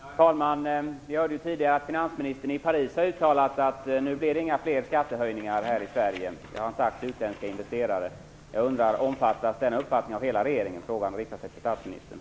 Herr talman! Vi hörde tidigare att finansministern i Paris har uttalat till utländska investerare att det inte blir några fler skattehöjningar här i Sverige. Omfattas den uppfattningen av hela regeringen? Frågan riktar sig till statsministern.